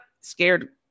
scared